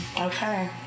Okay